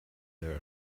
there